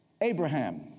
Abraham